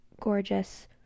gorgeous